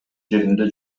жеринде